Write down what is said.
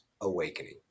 awakening